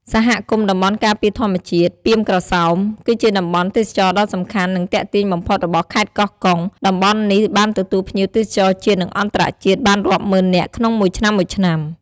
សហគមន៍តំបន់ការពារធម្មជាតិ ពាមក្រសោប គឺជាតំបន់ទេសចរណ៍ដ៏សំខាន់ និងទាក់ទាញបំផុតរបស់ខេត្តកោះកុង តំបន់នេះបានទទួលភ្ញៀវទេសចរជាតិ និងអន្តរជាតិ បានរាប់ម៉ឺននាក់ក្នុងមួយឆ្នាំៗ។